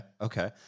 Okay